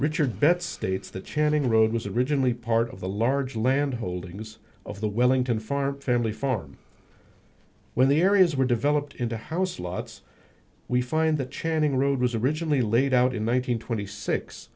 richard betts states that channing road was originally part of the large land holdings of the wellington farm family farm when the areas were developed into house lots we find that channing road was originally laid out in